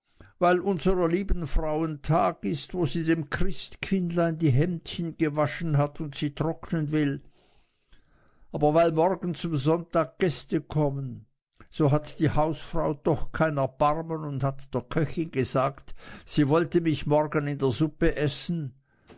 weil unserer lieben frauen tag ist wo sie dem christkindlein die hemdchen gewaschen hat und sie trocknen will aber weil morgen zum sonntag gäste kommen so hat die hausfrau doch kein erbarmen und hat der köchin gesagt sie wollte mich morgen in der suppe essen